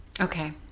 Okay